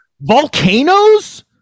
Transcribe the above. Volcanoes